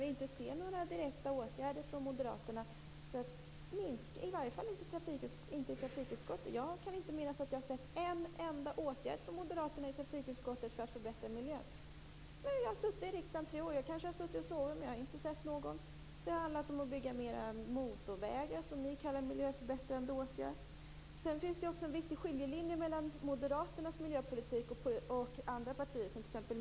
Vi ser inte några direkta åtgärder från moderaterna, i varje fall inte i trafikutskottet. Jag kan inte minnas att jag sett ett enda förslag till åtgärder i trafikutskottet för att förbättra miljön. Jag har suttit i riksdagen i tre år, men jag har kanske suttit och sovit men inte har jag sett några sådana förslag. De vill bygga fler motorvägar, som de kallar för miljöförbättrande åtgärder. Det finns en viktig skiljelinje mellan Moderaternas miljöpolitik och andra partiers, t.ex.